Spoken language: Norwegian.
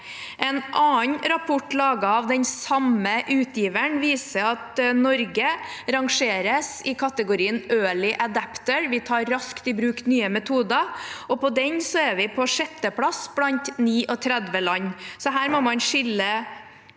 En annen rapport laget av den samme utgiveren viser at Norge rangeres i kategorien «early adopter». Vi tar raskt i bruk nye metoder, og på den er vi på sjette plass blant 39 land. Her må man skille epler